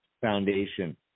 foundation